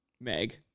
Meg